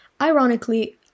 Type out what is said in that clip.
Ironically